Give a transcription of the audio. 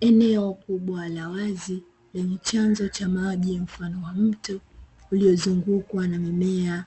Eneo kubwa la wazi lenye chanzo cha maji mfano wa mto uliozungukwa na mimea